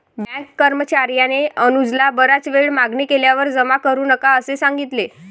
bank कर्मचार्याने अनुजला बराच वेळ मागणी केल्यावर जमा करू नका असे सांगितले